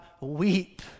weep